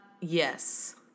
Yes